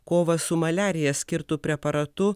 kovą su maliarija skirtu preparatu